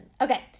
Okay